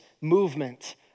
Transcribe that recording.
movement